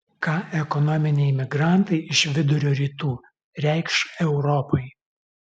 ką ekonominiai migrantai iš vidurio rytų reikš europai